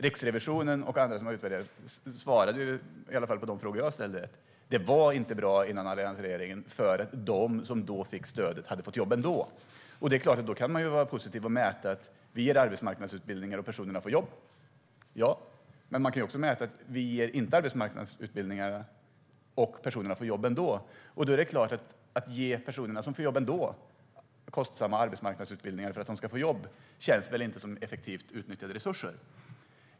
Riksrevisionen och andra som utvärderat svarade i varje fall på de frågor jag ställde: Det var inte bra före alliansregeringen, eftersom de som då fick stödet hade fått jobb ändå. Då kan man vara positiv och mäta: Vi ger arbetsmarknadsutbildningar, och personerna får jobb. Men man kan också mäta: Vi ger inte arbetsmarknadsutbildningar, och personerna får jobb ändå. Det är klart att om man ger personerna som får jobb ändå kostsamma arbetsmarknadsutbildningar för att de ska få jobb känns det inte som effektivt utnyttjade resurser.